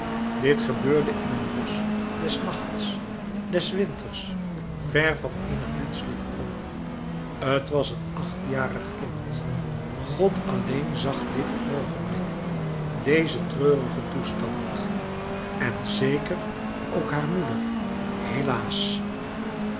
dit gebeurde in een bosch des nachts des winters ver van eenig menschelijk oog t was een achtjarig kind god alleen zag dit oogenblik dezen treurigen toestand en zeker ook haar moeder helaas